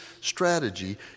strategy